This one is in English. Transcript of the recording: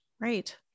Right